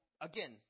again